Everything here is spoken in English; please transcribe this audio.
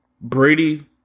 Brady